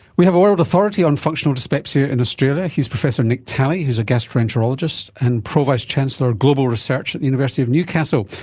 we have a world authority on functional dyspepsia in australia, he is professor nick talley who is a gastroenterologist and pro vice-chancellor of global research at the university of newcastle,